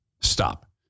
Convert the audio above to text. stop